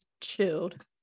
chilled